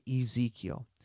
Ezekiel